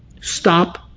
Stop